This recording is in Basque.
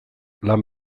lan